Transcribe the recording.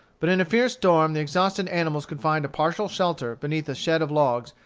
but in a fierce storm the exhausted animals could find a partial shelter beneath a shed of logs,